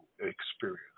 experience